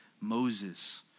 Moses